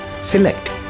select